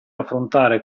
affrontare